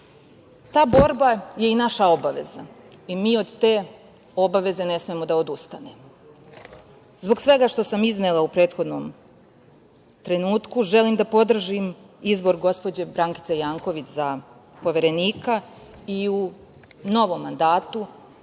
Ta borba je i naša obaveza i mi od te obaveze ne smemo da odustanemo. Zbog svega što sam iznela u prethodnom trenutku želim da podržim izbor gospođe Brankice Janković za Poverenika i u novom mandatu,